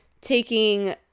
taking